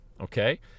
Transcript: okay